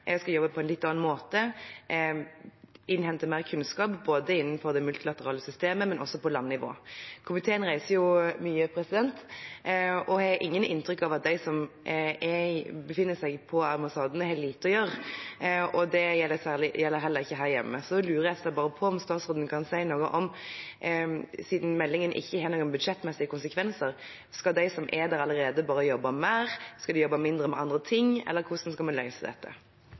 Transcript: jeg har ikke inntrykk av at de som befinner seg på ambassadene, har lite å gjøre. Det gjelder heller ikke her hjemme. Jeg lurer rett og slett på om utenriksministeren kan si noe om – siden meldingen ikke har noen budsjettmessige konsekvenser – de som allerede er der, skal jobbe mer eller jobbe mindre med andre ting. Hvordan skal dette